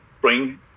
bring